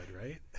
right